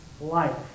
life